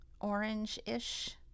orange-ish